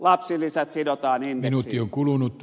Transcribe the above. lapsilisät sidotaan indeksiin